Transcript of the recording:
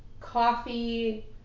Coffee